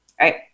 right